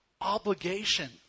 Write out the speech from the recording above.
obligation